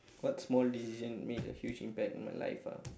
what small decision made a huge impact on my life ah